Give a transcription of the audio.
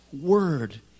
word